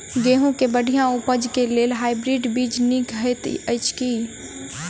गेंहूँ केँ बढ़िया उपज केँ लेल हाइब्रिड बीज नीक हएत अछि की?